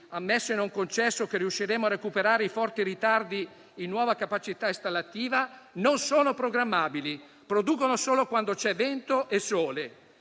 ammesso e non concesso che riusciremo a recuperare i forti ritardi in nuova capacità installativa - non sono programmabili e producono solo quando ci sono vento e sole.